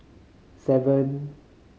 seven